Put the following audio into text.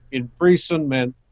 imprisonment